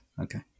Okay